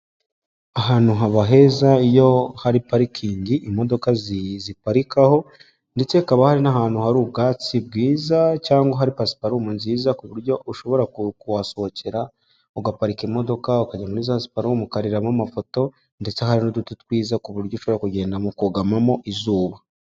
Ahantu haba heza iyo hari parikingi imodoka zi ziparikaho ndetse hakaba hari n'ahantu hari ubwatsi bwiza cyangwa hari pasiparumu nziza ku buryo ushobora kuhasohokera, ugaparika imodoka, ukajya muri za siparumu ukariramo amafoto ndetse hari n'uduti twiza ku buryo ushobora kugenda mu kugamamo izuba.